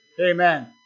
Amen